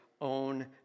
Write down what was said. own